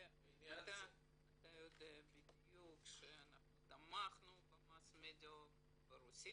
אתה יודע בדיוק שאנחנו תמכנו ב-mass media ברוסית,